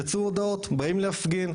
יצאו הודעות באים להפגין,